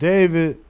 David